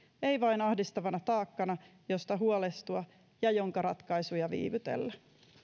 ei vain ahdistavana taakkana josta huolestua ja jonka ratkaisuja viivytellä